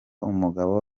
umugabo